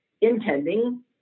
intending